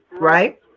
right